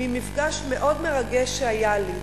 ממפגש מאוד מרגש שהיה לי.